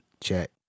check